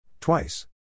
Twice